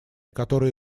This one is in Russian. которые